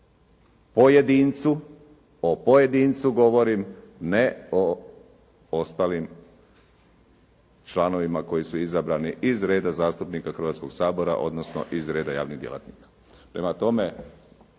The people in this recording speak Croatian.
o pojedincu govorim, ne o ostalim članovima koji su izabrani iz reda zastupnika Hrvatskog sabora, odnosno iz reda javnih djelatnika.